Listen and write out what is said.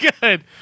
good